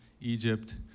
Egypt